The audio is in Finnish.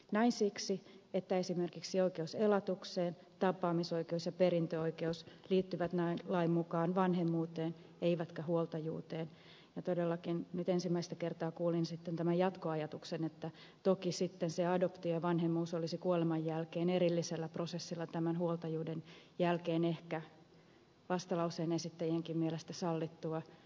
näin siksi että esimerkiksi oikeus elatukseen tapaamisoikeus ja perintöoikeus liittyvät lain mukaan vanhemmuuteen eivätkä huoltajuuteen ja todellakin nyt ensimmäistä kertaa kuulin sitten tämän jatkoajatuksen että toki sitten se adoptio ja vanhemmuus olisi kuoleman jälkeen erillisellä prosessilla tämän huoltajuuden jälkeen ehkä vastalauseen esittäjienkin mielestä sallittua